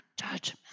judgment